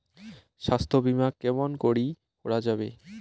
স্বাস্থ্য বিমা কেমন করি করা যাবে?